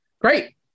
Great